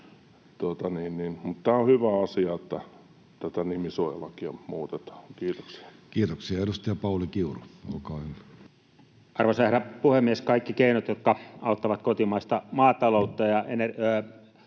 tämä on hyvä asia, että tätä nimisuojalakia muutetaan. — Kiitoksia. Kiitoksia. — Edustaja Pauli Kiuru, olkaa hyvä. Arvoisa herra puhemies! Kaikki keinot, jotka auttavat kotimaista maataloutta ja ruuantuotantoa